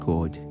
God